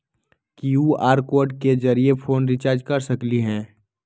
QR code के जरिय phone recharge कर सकली ह?